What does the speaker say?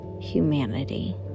humanity